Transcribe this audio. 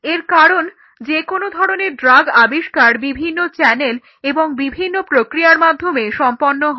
এর কারণ যেকোনো ধরনের ড্রাগ আবিষ্কার বিভিন্ন চ্যানেল এবং বিভিন্ন প্রক্রিয়ার মাধ্যমে সম্পন্ন হয়